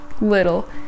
little